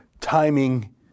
timing